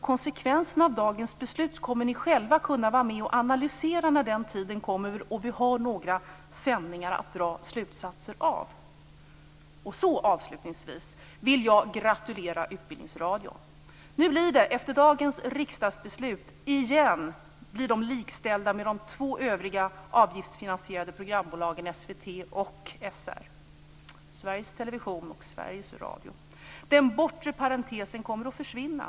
Konsekvenserna av dagens beslut kommer ni alltså själva att kunna vara med och analysera när den tiden kommer och vi har några sändningar att dra slutsatser av. Avslutningsvis vill jag gratulera Utbildningsradion. Nu blir den efter dagens riksdagsbeslut återigen likställd med de två övriga avgiftsfinansierade programbolagen SVT och SR, alltså Sveriges Television och Sveriges Radio. Den bortre parentesen kommer att försvinna.